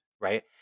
right